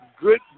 good